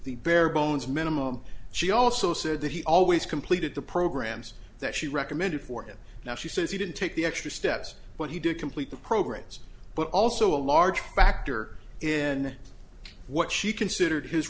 bare bones minimum she also said that he always completed the programs that she recommended for him now she says he didn't take the extra steps but he did complete the program but also a large factor in what she considered his